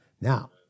Now